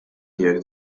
tiegħek